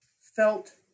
felt